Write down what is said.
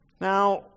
Now